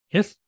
Yes